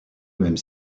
même